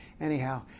anyhow